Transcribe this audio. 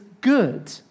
good